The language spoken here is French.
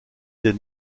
des